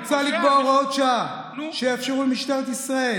מוצע לקבוע הוראות שעה שיאפשרו למשטרת ישראל